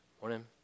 Morning